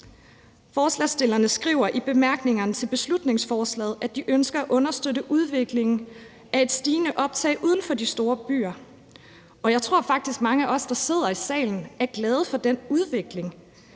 Forslagsstillerne skriver i bemærkningerne til beslutningsforslaget, at de ønsker at understøtte udviklingen med et stigende optag uden for de store byer. Jeg tror faktisk, mange af os, der sidder i salen, er glade for den udvikling.